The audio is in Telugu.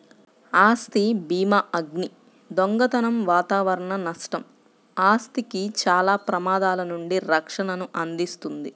ఆస్తి భీమాఅగ్ని, దొంగతనం వాతావరణ నష్టం, ఆస్తికి చాలా ప్రమాదాల నుండి రక్షణను అందిస్తుంది